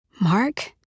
Mark